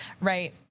right